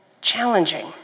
challenging